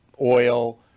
oil